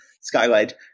skylight